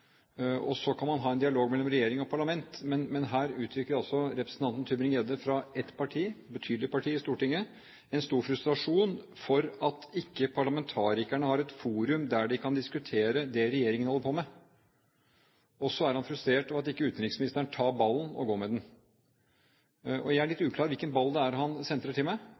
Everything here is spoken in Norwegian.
og så kan man ha en dialog mellom regjering og parlament. Her uttrykker også representanten Tybring-Gjedde fra ett parti – et betydelig parti i Stortinget – stor frustrasjon over at ikke parlamentarikerne har et forum der de kan diskutere det regjeringen holder på med. Så er han frustrert over at ikke utenriksministeren tar ballen og går med den. Jeg er litt usikker på hvilken ball det er han sentrer til meg